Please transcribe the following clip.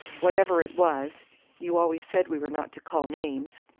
whatever it was you always said we were not to call names.